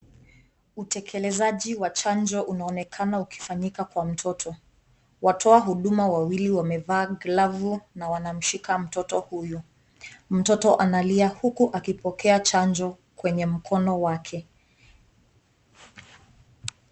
Utekelezaji wa chanjo unaonekana ukufanyika kwa mtoto watoa huduma wawili wamevaa glavu wakimdhika mtoto huyu. mtoto analia huku skipokea chanjo kwenye mkono wake .